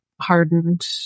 hardened